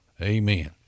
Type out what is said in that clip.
Amen